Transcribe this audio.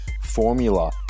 formula